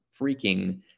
freaking